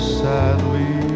sadly